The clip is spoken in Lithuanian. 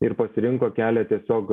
ir pasirinko kelią tiesiog